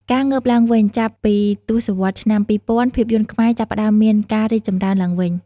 ការងើបឡើងវិញ ចាប់ពីទសវត្សរ៍ឆ្នាំ២០០០ ភាពយន្តខ្មែរចាប់ផ្ដើមមានការរីកចម្រើនឡើងវិញ។